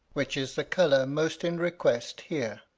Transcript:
which is the colour most in request here.